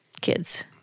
kids